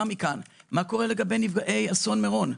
מכאן מה קורה לגבי נפגעי אסון מירון?